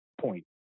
point